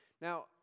Now